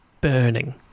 Burning